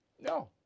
no